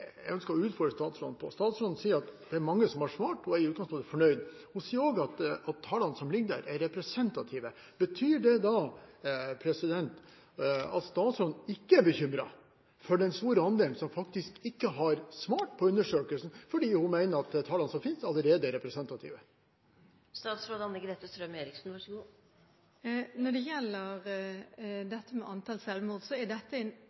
ønsker å utfordre statsråden på, er at hun sier det er mange som har svart, og at hun i utgangspunktet er fornøyd. Hun sier også at de tallene som ligger der, er representative. Betyr det da at statsråden ikke er bekymret for den store andelen som faktisk ikke har svart på undersøkelsen – fordi hun mener at de tallene som allerede finnes, er representative.